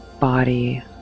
body